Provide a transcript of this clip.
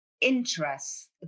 interests